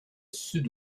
sud